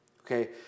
Okay